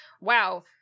wow